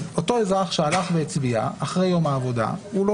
אז אותו אזרח שהלך והצביע אחרי יום העבודה הוא לא